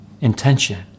intention